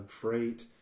great